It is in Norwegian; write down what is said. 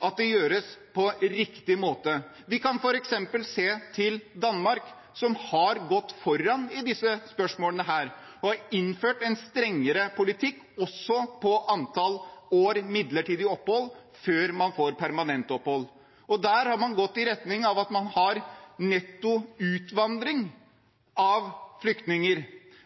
at det gjøres på riktig måte. Vi kan f.eks. se til Danmark som har gått foran i disse spørsmålene og innført en strengere politikk, også på antall år med midlertidig opphold før man får permanent opphold. Der har man gått i retning av å ha netto utvandring av flyktninger,